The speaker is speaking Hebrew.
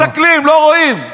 לא מסתכלים, לא רואים.